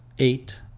eight,